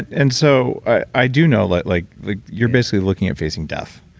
and so i do know like like like you're basically looking at facing death.